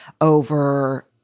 over